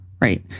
right